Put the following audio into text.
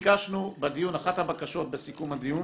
אחת הבקשות בסיכום הדיון